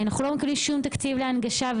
אנחנו לא מקבלים שום תקציב להנגשה.